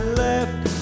left